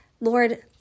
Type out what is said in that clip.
Lord